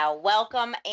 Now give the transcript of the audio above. Welcome